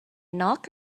knock